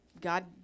God